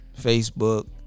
Facebook